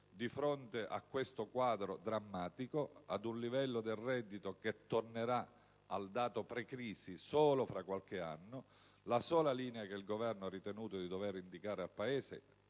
di fronte a questo quadro drammatico e a un livello del reddito che tornerà al dato pre-crisi solo tra qualche anno, la sola linea che il Governo ha ritenuto di dover indicare al Paese,